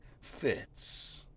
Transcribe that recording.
fits